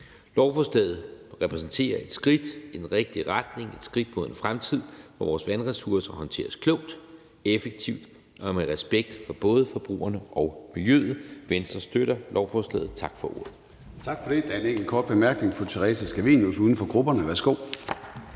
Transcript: Lovforslaget repræsenterer et skridt i den rigtige retning, et skridt mod en fremtid, hvor vores vandressourcer håndteres klogt, effektivt og med respekt for både forbrugerne og miljøet. Venstre støtter lovforslaget. Tak for ordet. Kl. 14:16 Formanden (Søren Gade): Tak for det. Der er en enkelt kort bemærkning fra fru Theresa Scavenius, uden for grupperne. Værsgo.